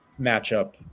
matchup